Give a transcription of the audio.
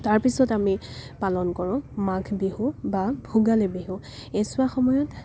তাৰ পিছত আমি পালন কৰোঁ মাঘ বিহু বা ভোগালী বিহু এইছোৱা সময়ত